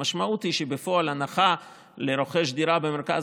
המשמעות היא שבפועל ההנחה לרוכש דירה במרכז